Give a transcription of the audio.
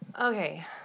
Okay